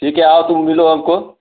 ठीक है आओ तुम मिलो हमको